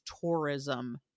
tourism